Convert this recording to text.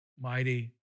mighty